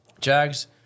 Jags